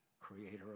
Creator